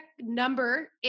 number